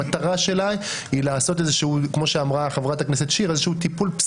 המטרה שלה היא לעשות, כמו שאמרה חברת הכנסת שיר,